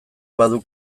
badu